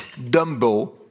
Dumbo